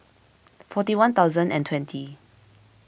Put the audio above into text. forty one thousand and twenty